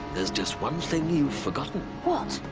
there's just one thing you've forgotten. what?